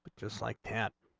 just like that.